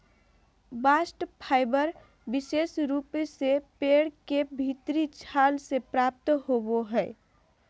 bast fibre विशेष रूप से पेड़ के भीतरी छाल से प्राप्त होवो हय